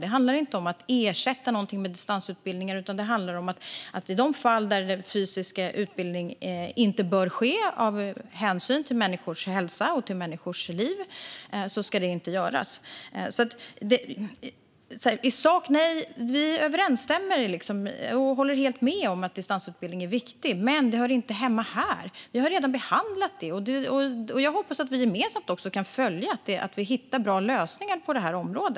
Det handlar inte om att ersätta något med distansutbildning, utan det handlar om att i de fall där fysisk utbildning inte bör genomföras av hänsyn till människors hälsa och liv ska det inte ske. I sak håller vi helt med om att distansutbildning är viktigt, men det hör inte hemma här. Vi har redan behandlat det. Jag hoppas att vi gemensamt kan följa det och hitta bra lösningar på detta område.